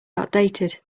outdated